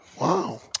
Wow